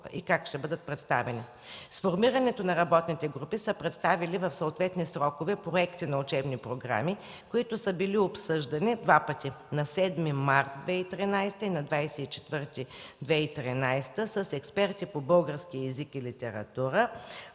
и как ще бъдат представени. Сформираните работни групи са представили в съответни срокове проекти на учебни програми, които са били обсъждани два пъти – на 7 март 2013 г. и на 24-и, с експерти по български език и литература,